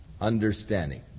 understanding